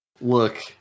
Look